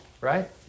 right